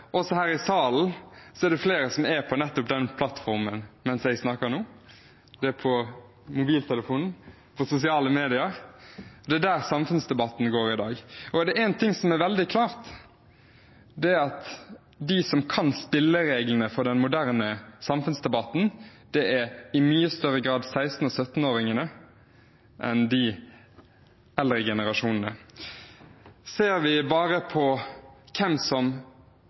også her i salen er det flere som er på nettopp den plattformen mens jeg snakker nå – er det på mobiltelefonen, på sosiale medier. Det er der samfunnsdebatten går i dag. Er det én ting som er veldig klart, er det at de som kan spillereglene for den moderne samfunnsdebatten, i mye større grad er 16- og 17-åringene enn de eldre generasjonene. Ser vi på hvem som